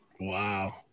Wow